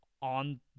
on